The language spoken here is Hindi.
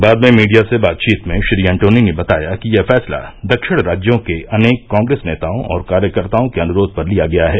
बाद में मीडिया से बातचीत में श्री एंटोनी ने बताया कि यह फैसला दक्षिण राज्यों के अनेक कांग्रेस नेताओं और कार्यकर्ताओं के अनुरोघ पर लिया गया है